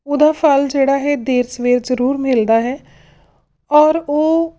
ਉਹਦਾ ਫਲ ਜਿਹੜਾ ਹੈ ਦੇਰ ਸਵੇਰ ਜ਼ਰੂਰ ਮਿਲਦਾ ਹੈ ਔਰ ਉਹ